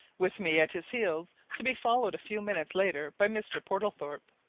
with me at his heels, to be followed a few minutes later by mr. portlethorpe.